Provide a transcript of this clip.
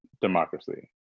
democracy